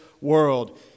world